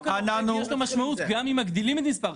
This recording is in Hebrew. יש לו משמעות גם אם מגדילים את מספר חברי הכנסת.